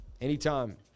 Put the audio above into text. Anytime